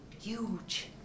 huge